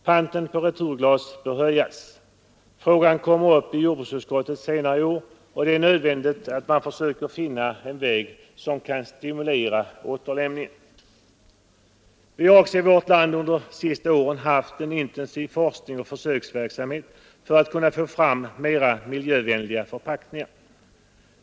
Panten på returglas bör höjas. Frågan kommer upp till behandling i jordbruksutskottet senare i år, och det är nödvändigt att man försöker finna en väg som kan stimulera till återlämning. Det har också i vårt land under de senaste åren bedrivits en intensiv forskning och försöksverksamhet för att få fram mer miljövänliga förpackningar.